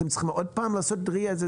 אתם צריכים עוד פעם לעשות RIA?